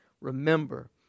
Remember